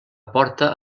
porta